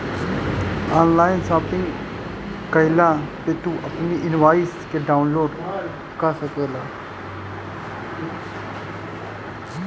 online shopping कईला पअ तू अपनी इनवॉइस के डाउनलोड कअ सकेला